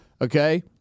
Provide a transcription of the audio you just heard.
Okay